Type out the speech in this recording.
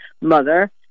mother